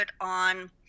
on